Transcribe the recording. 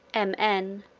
m n.